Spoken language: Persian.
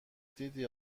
دیدی